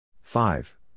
five